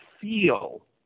feel